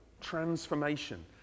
transformation